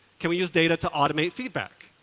can we use data to automate feedback?